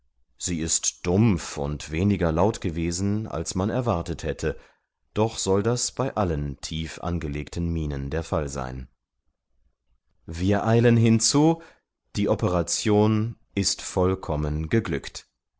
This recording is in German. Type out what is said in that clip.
sie ist dumpf und weniger laut gewesen als man erwartet hätte doch soll das bei allen tief angelegten minen der fall sein wir eilen hinzu die operation ist vollkommen geglückt